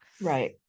right